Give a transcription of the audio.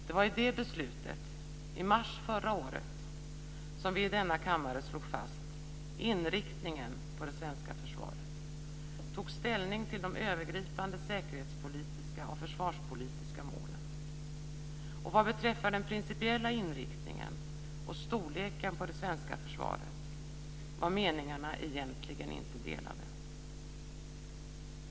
Det var i det beslutet, i mars förra året, som vi i denna kammare slog fast inriktningen på det svenska försvaret. Vi tog ställning till de övergripande säkerhetspolitiska och försvarspolitiska målen. Vad beträffar den principiella inriktningen och storleken på det svenska försvaret var meningarna egentligen inte delade.